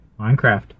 Minecraft